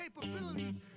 capabilities